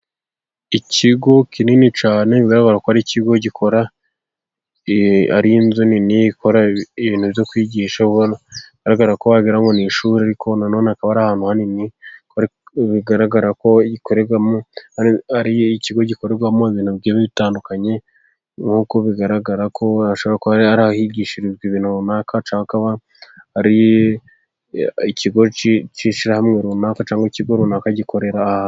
Ikigo kinini cyane bigaragara ko ari ikigo gikora ari inzu nini ikora ibintu byo kwigisha. Bigaragara ko wagira ngo ni ishuri ariko nanone akaba ari ahantu hanini bigaragara ko gikorerwa ari ikigo gikorerwamo ibintu bigiye bitandukanye, nkuko bigaragara ko hashobora kuba ari ahigishirizwa ibintu runaka ari ikigo cy'ishyirahamwe runaka cyangwa ikigo runaka gikorera.